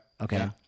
Okay